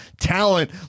talent